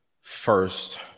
first